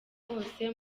hose